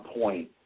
point